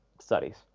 studies